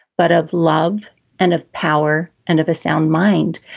but of love and of power and of a sound mind.